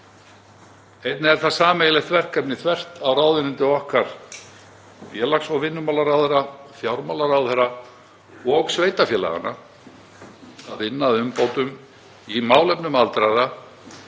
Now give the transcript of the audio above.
Einnig er það sameiginlegt verkefni þvert á ráðuneyti okkar, félags- og vinnumarkaðsráðherra, fjármálaráðherra og sveitarfélaganna að vinna að umbótum í málefnum aldraðra